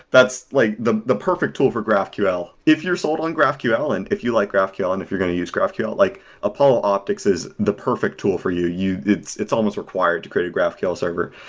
that's like the the perfect tool for graphql. if you're sold on graphql and if you like graphql and if you're going to use graphql, like apollo optics is the perfect tool for you. it's it's almost required to create a graphql server.